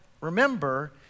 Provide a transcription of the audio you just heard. remember